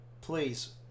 please